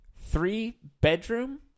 three-bedroom